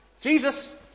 jesus